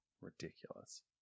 Ridiculous